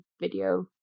video